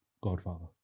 Godfather